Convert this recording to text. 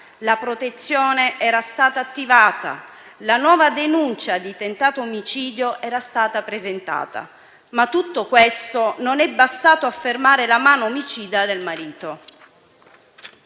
la protezione era stata attivata, la nuova denuncia di tentato omicidio era stata presentata, ma tutto questo non è bastato a fermare la mano omicida del marito.